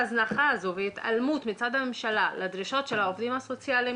ההזנחה הזאת וההתעלמות מצד הממשלה לדרישות של העובדים הסוציאליים,